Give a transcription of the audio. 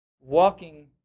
walking